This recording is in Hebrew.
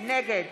נגד